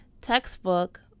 textbook